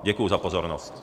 Děkuji za pozornost.